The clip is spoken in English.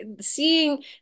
seeing